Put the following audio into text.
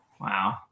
Wow